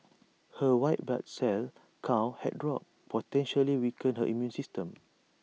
her white blood cell count had dropped potentially weakening her immune system